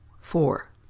Four